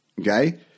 okay